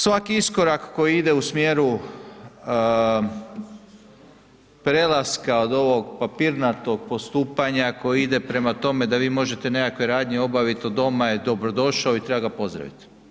Svaki iskorak koji ide u smjeru prelaska od ovog papirnatog postupanja koji ide prema tome da vi možete nekakve radnje obavit od doma je dobro došao i treba ga pozdraviti.